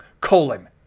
colon